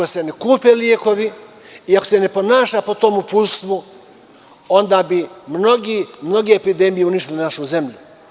Ako se ne kupe lekovi i ako se ne ponaša po tom uputstvu, onda bi mnoge epidemije uništile našu zemlju.